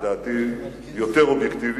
שלדעתי הוא יותר אובייקטיבי.